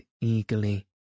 eagerly